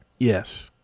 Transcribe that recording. Yes